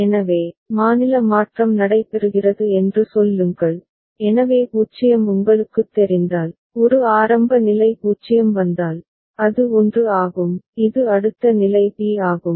எனவே மாநில மாற்றம் நடைபெறுகிறது என்று சொல்லுங்கள் எனவே 0 உங்களுக்குத் தெரிந்தால் ஒரு ஆரம்ப நிலை 0 வந்தால் அது 1 ஆகும் இது அடுத்த நிலை b ஆகும்